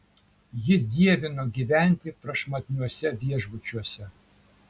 ji dievino gyventi prašmatniuose viešbučiuose